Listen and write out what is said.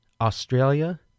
Australia